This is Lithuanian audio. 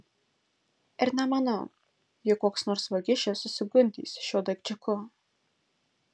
ir nemanau jog koks nors vagišius susigundys šiuo daikčiuku